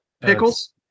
pickles